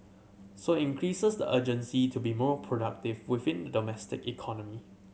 so increases the urgency to be more productive within the domestic economy